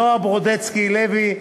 נועה ברודסקי-לוי,